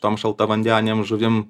tom šaltavandenėm žuvim